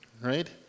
Right